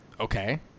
Okay